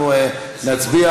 אנחנו נצביע.